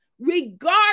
regardless